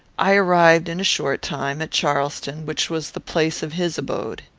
i arrived, in a short time, at charleston, which was the place of his abode.